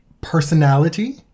personality